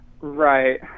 Right